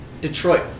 Detroit